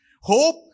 Hope